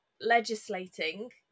legislating